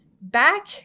back